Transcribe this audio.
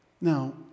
Now